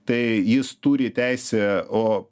tai jis turi teisę o